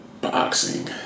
boxing